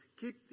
Keep